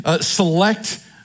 select